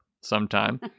sometime